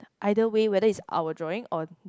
either way whether is our drawing or